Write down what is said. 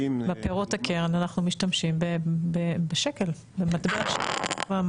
בפירות הקרן אנחנו משתמשים במטבע שקל.